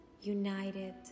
united